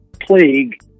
plague